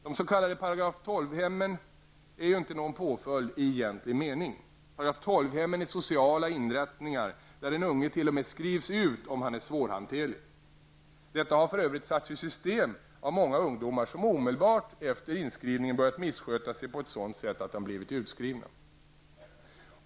De s.k. § 12-hemmen är ju inte någon påföljd i egentlig mening. § 12-hemmen är sociala inrättningar där den unge t.o.m. skrivs ut om han är svårhanterlig. Detta har för övrigt satts i system av många ungdomar som omedelbart efter inskrivningen börjat missköta sig på sådant sätt att de blivit utskrivna.